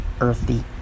earthy